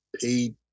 paid